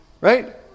right